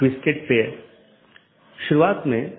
इसलिए हमारे पास BGP EBGP IBGP संचार है